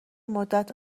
مدت